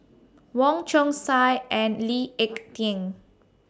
Wong Chong Sai and Lee Ek Tieng